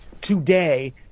today